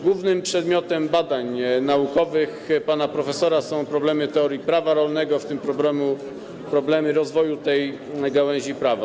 Głównym przedmiotem badań naukowych pana profesora są problemy teorii prawa rolnego, w tym problemy rozwoju tej gałęzi prawa.